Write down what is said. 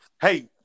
hey